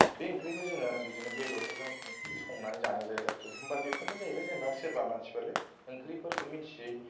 बे ओंख्रिखौ जोङो बिदिनो बेदरफोरजों संनानै जानाय जायो आरोखि होम्बा बेफोरनो जाहैबाय जेनबा सोरबा मानसिफोरा ओंख्रिफोरखौ मिन्थियै